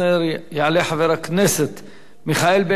יעלה חבר הכנסת מיכאל בן-ארי.